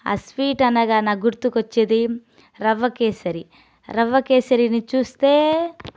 ఆ స్వీట్ అనగా నాకు గుర్తుకు వచ్చేది రవ్వ కేసరి రవ్వ కేసరిని చూస్తే